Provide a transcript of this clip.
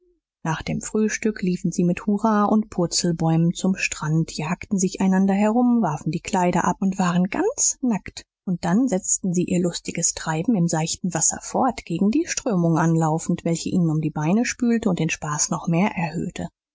nach dem frühstück liefen sie mit hurra und purzelbäumen zum strand jagten sich einander herum warfen die kleider ab und waren ganz nackt und dann setzten sie ihr lustiges treiben im seichten wasser fort gegen die strömung anlaufend welche ihnen um die beine spülte und den spaß noch mehr erhöhte